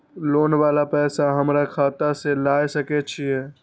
Loan वाला पैसा हमरा खाता से लाय सके छीये?